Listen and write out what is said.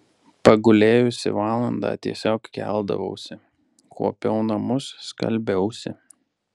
pagulėjusi valandą tiesiog keldavausi kuopiau namus skalbiausi